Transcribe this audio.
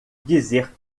dizer